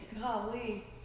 Golly